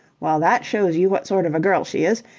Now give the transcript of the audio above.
well, that shows you what sort of a girl she is.